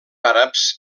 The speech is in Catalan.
àrabs